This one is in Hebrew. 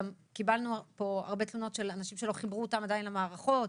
גם קיבלנו פה הרבה תלונות של אנשים שלא חיברו אותם עדיין למערכות,